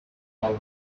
night